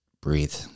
breathe